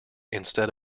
instead